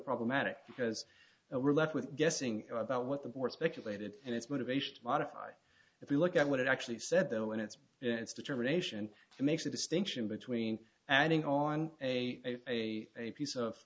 problematic because now we're left with guessing about what the board speculated and its motivation to modify if you look at what it actually said though and it's in its determination to make the distinction between adding on a a a piece of